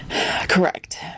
Correct